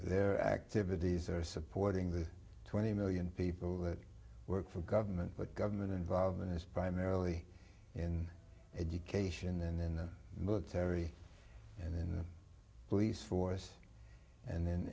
their activities are supporting the twenty million people that work for government but government involvement is primarily in education and in the military and police force and